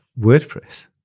WordPress